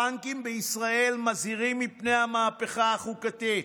הבנקים בישראל מזהירים מפני המהפכה החוקתית.